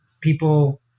people